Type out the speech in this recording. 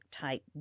type